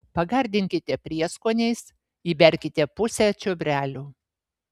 pagardinkite prieskoniais įberkite pusę čiobrelių